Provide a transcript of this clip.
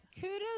Kudos